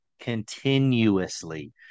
continuously